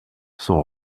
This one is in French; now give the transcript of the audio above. sont